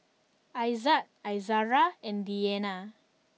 Izzat Izara and Diyana